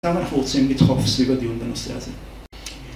כמה אנחנו רוצים לדחוף סביב הדיון בנושא הזה